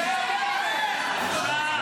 תתבייש.